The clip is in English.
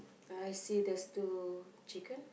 I see there's two chicken